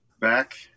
Back